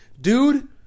Dude